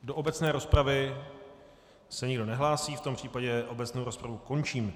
Do obecné rozpravy se nikdo nehlásí, v tom případě obecnou rozpravu končím.